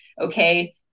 Okay